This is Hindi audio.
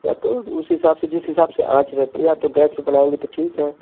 या तो उस हिसाब से जिस हिसाब से आँच रहती है आप तो गैस पर बनाओगे तो ठीक है